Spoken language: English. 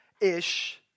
ish